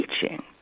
teaching